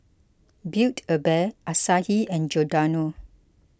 Build a Bear Asahi and Giordano